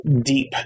deep